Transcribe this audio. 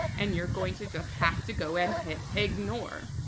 and you're going to just have to go and hit ignore.